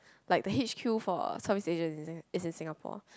like the H_Q for Southeast Asia is in is in Singapore